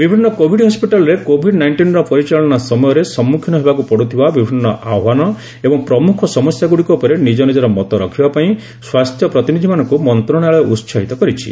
ବିଭିନ୍ନ କୋଭିଡ ହସ୍କିଟାଲରେ କୋଭିଡ ନାଇଷ୍ଟିନ୍ର ପରିଚାଳନା ସମୟରେ ସମ୍ମୁଖୀନ ହେବାକୁ ପଡ଼ୁଥିବା ବିଭିନ୍ନ ଆହ୍ୱାନ ଏବଂ ପ୍ରମୁଖ ସମସ୍ୟାଗୁଡ଼ିକ ଉପରେ ନିଜନିଜର ମତ ରଖିବାପାଇଁ ସ୍ୱାସ୍ଥ୍ୟ ପ୍ରତିନିଧିମାନଙ୍କୁ ମନ୍ତ୍ରଣାଳୟ ଉସାହିତ କରିଛି